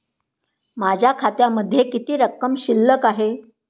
माझ्या खात्यामध्ये किती रक्कम शिल्लक आहे?